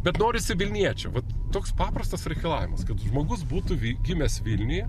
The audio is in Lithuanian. bet norisi vilniečio vat toks paprastas reikalavimas kad žmogus būtų gimęs vilniuje